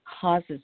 causes